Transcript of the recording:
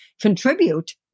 contribute